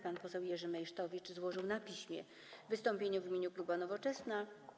Pan poseł Jerzy Meysztowicz złożył na piśmie wystąpienie w imieniu klubu Nowoczesna.